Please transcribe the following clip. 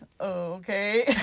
Okay